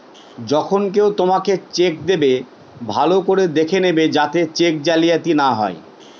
যখন কেউ তোমাকে চেক দেবে, ভালো করে দেখে নেবে যাতে চেক জালিয়াতি না হয়